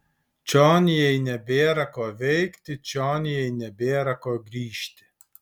čion jai nebėra ko veikti čion jai nebėra ko grįžti